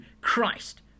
Christ